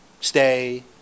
stay